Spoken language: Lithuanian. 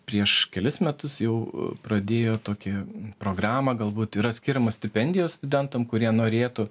prieš kelis metus jau pradėjo tokią programą galbūt yra skiriamos stipendijos studentam kurie norėtų